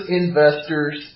investors